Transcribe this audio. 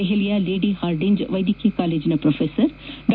ದೆಹಲಿಯ Lady Hardinge ವ್ವೆದ್ಯಕೀಯ ಕಾಲೇಜಿನ ಪ್ರೊಫೆಸರ್ ಡಾ